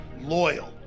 loyal